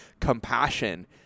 compassion